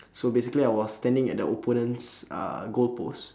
so basically I was standing at the opponent's uh goalpost